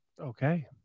Okay